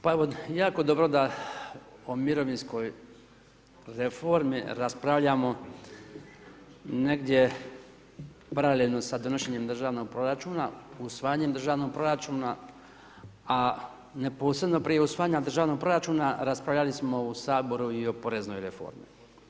Pa, evo jako dobro o mirovinskoj reformi raspravljamo negdje pravljeno sa donošenjem državnog proračuna, usvajanjem državnog proračuna, a neposredno prije usvajanja državnog proračuna, raspravljali smo u Saboru i o poreznoj reformi.